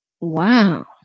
Wow